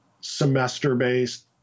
semester-based